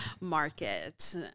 market